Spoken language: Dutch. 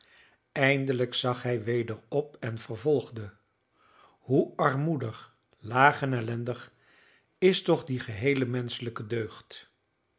eindelijk zag hij weder op en vervolgde hoe armoedig laag en ellendig is toch die geheele menschelijke deugd